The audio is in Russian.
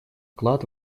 вклад